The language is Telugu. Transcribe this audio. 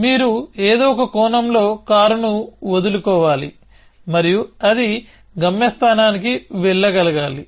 మీరు ఏదో ఒక కోణంలో కారుని వదులుకోవాలి మరియు అది గమ్యస్థానానికి వెళ్లగలగాలి